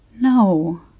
No